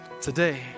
today